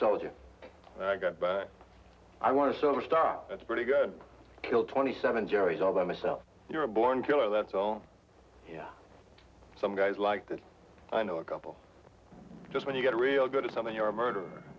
soldier i got back i want to silver star that's pretty good kill twenty seven gerry's all that myself you're a born killer that's all you know some guys like that i know a couple just when you get real good to somebody or murder